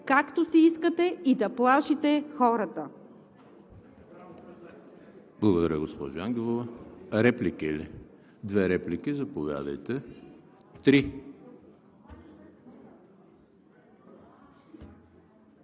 както си искате и да плашите хората!